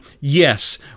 yes